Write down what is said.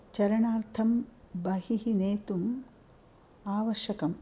चरणार्थं बहिः नेतुम् आवश्यकम्